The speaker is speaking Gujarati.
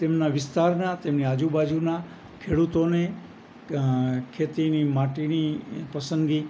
તેમના વિસ્તારના તેમની આજુબાજુના ખેડૂતોને ખેતીની માટીની પસંદગી